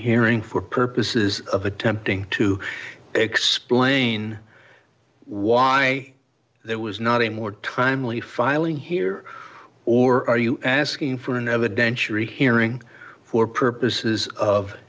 hearing for purposes of attempting to explain why there was not a more timely filing here or are you asking for an evidentiary hearing for purposes of